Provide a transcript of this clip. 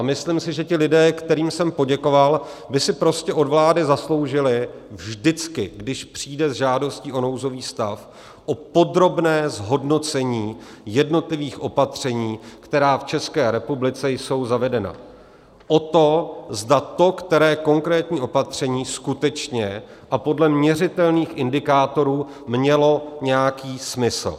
Myslím si, že ti lidé, kterým jsem poděkoval, by si prostě od vlády zasloužili vždycky, když přijde s žádostí o nouzový stav, podrobné zhodnocení jednotlivých opatření, která v České republice jsou zavedena, to, které konkrétní opatření skutečně a podle měřitelných indikátorů mělo nějaký smysl.